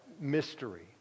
mystery